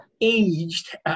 aged